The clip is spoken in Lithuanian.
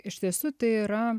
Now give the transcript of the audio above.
iš tiesų tai yra